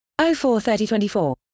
043024